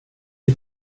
die